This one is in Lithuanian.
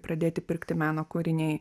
pradėti pirkti meno kūriniai